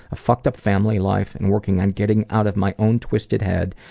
a fucked-up family life, and working on getting out of my own twisted head,